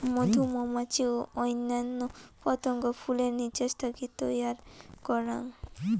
মধু মৌমাছি ও অইন্যান্য পতঙ্গ ফুলের নির্যাস থাকি তৈয়ার করাং